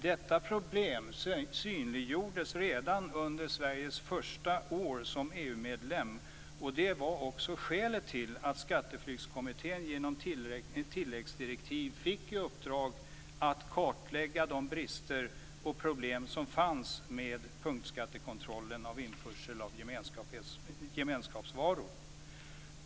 Detta problem synliggjordes redan under Sveriges första år som EU-medlem. Det var också skälet till att Skatteflyktskommittén, genom tilläggsdirektiv, fick i uppdrag att kartlägga de brister och problem som fanns vid punktskattekontrollen av införsel av varor från gemenskapen.